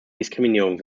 diskriminierung